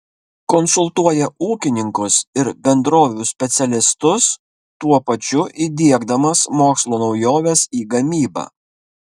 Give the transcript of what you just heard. konsultuoja ūkininkus ir bendrovių specialistus tuo pačiu įdiegdamas mokslo naujoves į gamybą